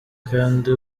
kandi